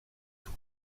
sous